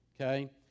okay